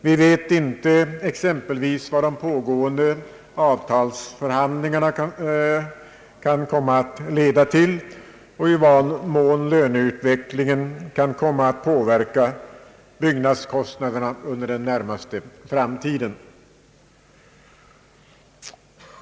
Vi vet exempelvis inte vad de pågående avtalsförhandlingarna kan leda till och i vad mån löneutvecklingen kan komma att påverka byggnadskostnaderna under den närmaste framtiden.